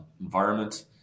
environment